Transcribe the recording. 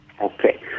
Okay